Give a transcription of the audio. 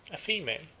a female,